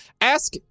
Ask